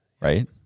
right